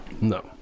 No